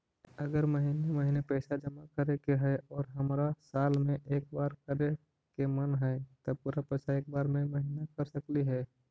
अगर महिने महिने पैसा जमा करे के है और हमरा साल में एक बार करे के मन हैं तब पुरा पैसा एक बार में महिना कर सकली हे?